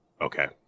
Okay